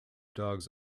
dogs